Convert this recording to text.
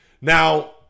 Now